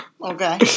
Okay